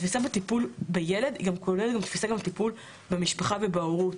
התפיסה בטיפול בילד היא גם טיפול במשפחה ובהורות.